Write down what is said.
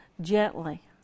gently